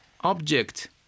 object